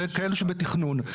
וכאלה שבתכנון.